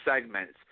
segments